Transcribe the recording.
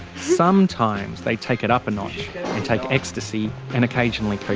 sometimes they'd take it up a notch and take ecstacy and occasionally